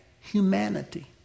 humanity